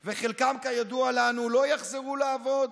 וחלקם, כידוע לנו, לא יחזרו לעבוד,